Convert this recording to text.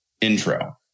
intro